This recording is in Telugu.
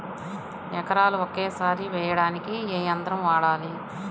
ఎకరాలు ఒకేసారి వేయడానికి ఏ యంత్రం వాడాలి?